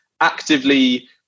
actively